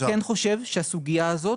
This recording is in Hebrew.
אני כן חושב שהסוגיה הזאת